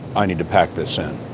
i need to pack this in?